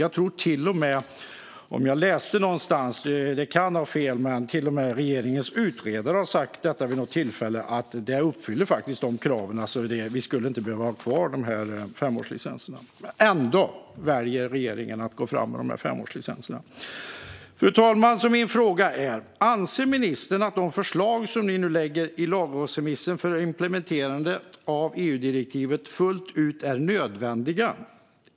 Jag tror att jag läste någonstans - jag kan ha fel - att till och med regeringens utredare vid något tillfälle har sagt att vi uppfyller kraven, så vi skulle inte behöva ha kvar femårslicenserna. Ändå väljer regeringen att gå fram med femårslicenserna. Fru talman! Min fråga är: Anser ministern att förslagen i lagrådsremissen för implementering av EU-direktivet fullt ut är nödvändiga?